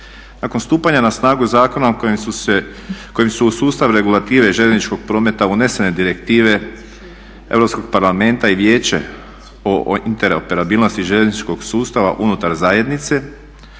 Nakon stupanja na snagu zakona u kojem su u sustav regulative željezničkog prometa unesene direktive Europskog parlamenta i Vijeća o interoperabilnosti željezničkog sustava unutar zajednice,